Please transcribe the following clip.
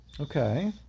okay